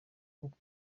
nkuko